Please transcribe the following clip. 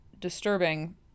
disturbing